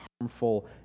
harmful